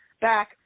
back